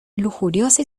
lujuriosa